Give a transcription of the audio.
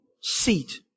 seat